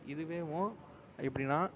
இதுவேவும் எப்படின்னா